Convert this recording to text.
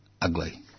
ugly